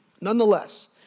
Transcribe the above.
Nonetheless